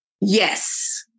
Yes